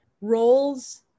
roles